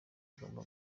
agomba